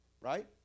Right